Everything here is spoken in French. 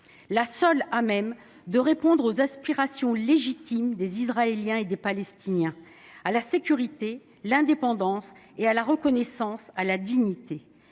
la seule voie à même de répondre aux aspirations légitimes des Israéliens et des Palestiniens à la sécurité, à l’indépendance, à la reconnaissance et à la dignité.